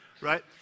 right